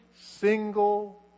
single